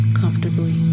comfortably